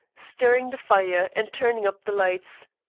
stirring the fire and turning up the lights.